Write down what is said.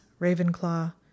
Ravenclaw